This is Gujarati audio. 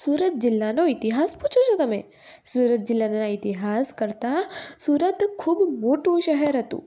સુરત જિલ્લાનો ઈતિહાસ પૂછો છો તમે સુરત જિલ્લાના ઈતિહાસ કરતાં સુરત ખૂબ મોટું શહેર હતું